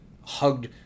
hugged